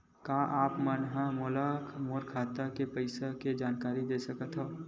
का आप मन ह मोला मोर खाता के पईसा के जानकारी दे सकथव?